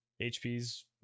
HP's